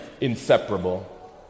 inseparable